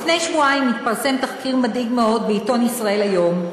לפני שבועיים התפרסם תחקיר מדאיג מאוד בעיתון "ישראל היום",